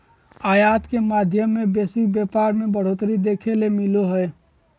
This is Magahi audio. आयात के माध्यम से वैश्विक व्यापार मे बढ़ोतरी देखे ले मिलो हय